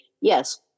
yes